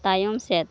ᱛᱟᱭᱚᱢ ᱥᱮᱫ